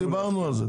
דיברנו על זה.